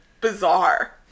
bizarre